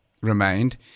remained